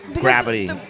gravity